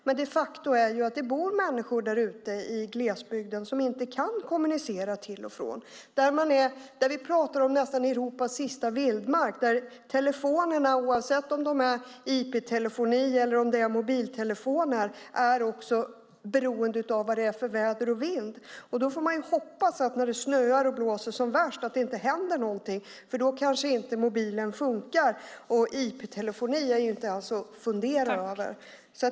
Men de facto bor det människor där ute i glesbygden som inte kan kommunicera, där vi pratar om Europas nästan sista vildmark, där telefonerna, oavsett om det är IP-telefoni eller mobiltelefoner, är beroende av vad det är för väder och vind. När det snöar och blåser som värst får man hoppas att det inte händer någonting, för då kanske inte mobilen funkar, och IP-telefoni är ju inte ens att fundera över.